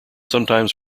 sometimes